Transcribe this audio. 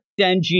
Denji